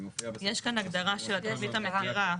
יש כאן הגדרה של התכנית המתירה.